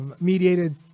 mediated